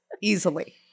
easily